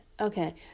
Okay